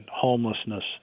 homelessness